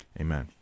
amen